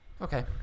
okay